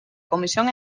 comisión